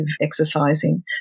exercising